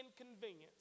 inconvenience